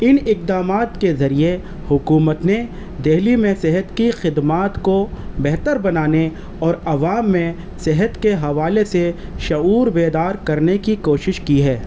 ان اکدامات کے ذریعے حکومت نے دہلی میں صحت کی خدمات کو بہتر بنانے اور عوام میں صحت کے حوالے سے شعور بیدار کرنے کی کوشش کی ہے